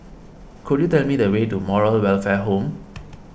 could you tell me the way to Moral Welfare Home